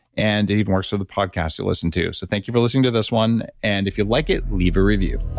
and even more so, the podcasts you listen to. so thank you for listening to this one, and if you like it, leave a review